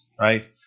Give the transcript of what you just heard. right